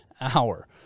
hour